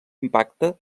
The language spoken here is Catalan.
impacte